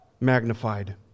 magnified